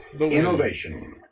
Innovation